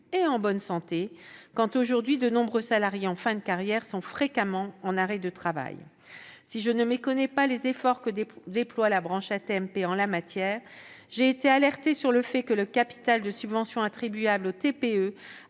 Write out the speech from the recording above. en bonne santé, quand aujourd'hui de nombreux salariés en fin de carrière sont fréquemment en arrêt de travail. Si je ne méconnais pas les efforts que déploie la branche AT-MP en la matière, j'ai été alertée sur le fait que le capital de subventions attribuables aux